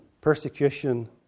persecution